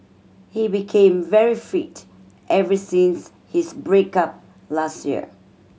he became very fit ever since his break up last year